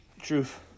Truth